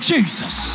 Jesus